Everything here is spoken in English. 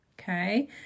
Okay